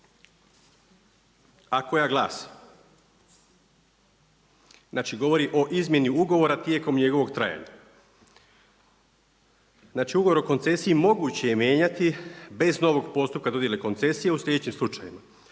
koja glasi, znači govori o izmjeni ugovora tijekom njegovog trajanja. Znači ugovor o koncesiji moguće je mijenjati bez novog postupka dodjele koncesije u sljedećim slučajevima.